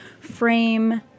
frame